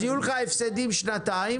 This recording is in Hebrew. אז יהיו לך הפסדים במשך שנתיים,